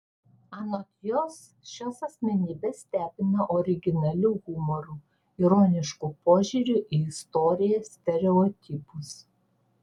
anot jos šios asmenybės stebina originaliu humoru ironišku požiūriu į istoriją stereotipus